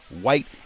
white